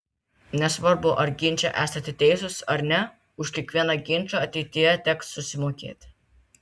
nesvarbu ar ginče esate teisus ar ne už kiekvieną ginčą ateityje teks susimokėti